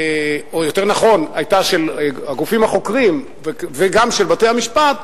או יותר נכון של הגופים החוקרים וגם של בתי-המשפט,